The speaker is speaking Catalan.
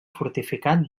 fortificat